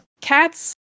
Cats